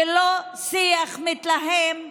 ולא שיח מתלהם,